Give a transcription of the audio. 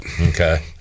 Okay